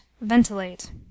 ventilate